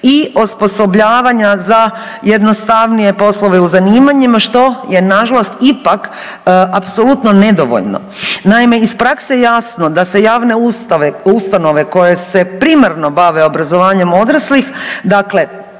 i osposobljavanja za jednostavnije poslove u zanimanjima što je nažalost ipak apsolutno nedovoljno. Naime, iz prakse je jasno da se javne ustanove koje se primarno bave obrazovanjem odraslih, dakle,